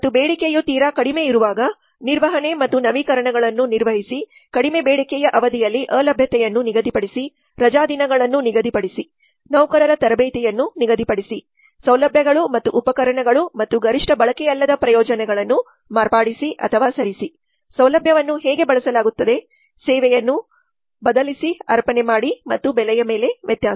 ಮತ್ತು ಬೇಡಿಕೆಯು ತೀರಾ ಕಡಿಮೆ ಇರುವಾಗ ನಿರ್ವಹಣೆ ಮತ್ತು ನವೀಕರಣಗಳನ್ನು ನಿರ್ವಹಿಸಿ ಕಡಿಮೆ ಬೇಡಿಕೆಯ ಅವಧಿಯಲ್ಲಿ ಅಲಭ್ಯತೆಯನ್ನು ನಿಗದಿಪಡಿಸಿ ರಜಾದಿನಗಳನ್ನು ನಿಗದಿಪಡಿಸಿ ನೌಕರರ ತರಬೇತಿಯನ್ನು ನಿಗದಿಪಡಿಸಿ ಸೌಲಭ್ಯಗಳು ಮತ್ತು ಉಪಕರಣಗಳು ಮತ್ತು ಗರಿಷ್ಠ ಬಳಕೆಯಲ್ಲದ ಪ್ರಯೋಜನಗಳನ್ನು ಮಾರ್ಪಡಿಸಿ ಅಥವಾ ಸರಿಸಿ ಸೌಲಭ್ಯವನ್ನು ಹೇಗೆ ಬಳಸಲಾಗುತ್ತದೆ ಸೇವೆಯನ್ನು ಬದಲಿಸಿ ಅರ್ಪಣೆ ಮತ್ತು ಬೆಲೆಯ ಮೇಲೆ ವ್ಯತ್ಯಾಸ